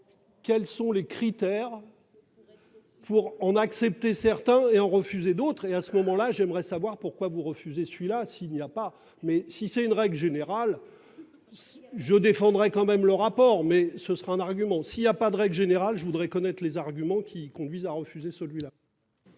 Quels sont les critères. Pour en accepter certains et ont refusé d'autres et à ce moment-là, j'aimerais savoir pourquoi vous refusez celui-là s'il n'y a pas mais si c'est une règle générale. Je défendrai quand même le rapport mais ce sera un argument, s'il y a pas de règle générale, je voudrais connaître les arguments qui conduisent à refuser celui-là.